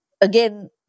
again